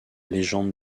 légende